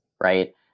right